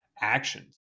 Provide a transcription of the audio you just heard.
actions